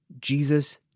Jesus